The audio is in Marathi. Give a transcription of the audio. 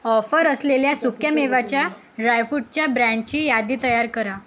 ऑफर असलेल्या सुक्यामेव्याच्या ड्रायफूटचा ब्रँडची यादी करा